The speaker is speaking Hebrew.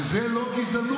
וזה לא גזענות,